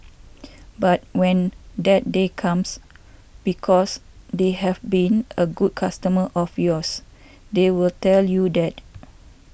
but when that day comes because they have been a good customer of yours they will tell you that